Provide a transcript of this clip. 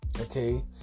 Okay